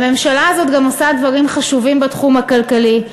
הממשלה הזאת גם עושה דברים חשובים בתחום הכלכלי,